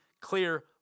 clear